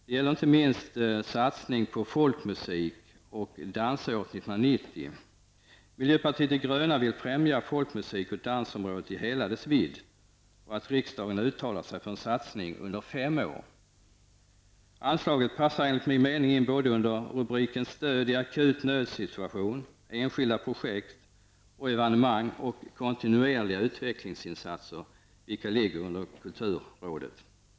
Det gäller inte minst satsningen på Folkmusik och dansåret 1990. Vi i miljöpartiet de gröna vill främja folkmusik och dansområdet i hela dess vidd och önskar att riksdagen uttalar sig för en satsning under fem år. Anslaget passar enligt min mening in både under rubriken Stöd i akut nödsituation och under rubriken Enskilda projekt och evenemang och kontinuerliga utvecklingsinsatser -- vilka ligger under kulturrådet.